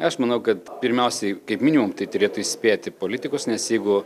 aš manau kad pirmiausiai kaip minimum tai turėtų įspėti politikus nes jeigu